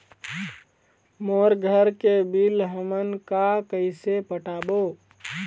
मोर घर के बिल हमन का कइसे पटाबो?